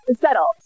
settle